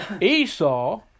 Esau